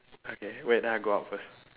okay wait then I go out first